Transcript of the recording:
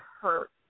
hurt